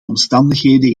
omstandigheden